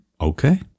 Okay